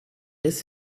this